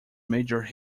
major